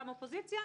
גם אופוזיציה.